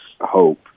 hope